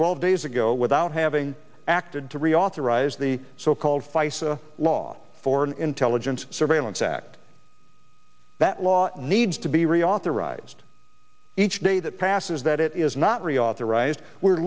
twelve days ago without having acted to reauthorize the so called fice law foreign intelligence surveillance act that law needs to be reauthorized each day that passes that it is not reauthorized we